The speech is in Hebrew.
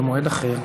במועד אחר.